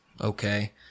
Okay